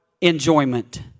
enjoyment